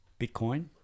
Bitcoin